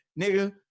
nigga